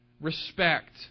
respect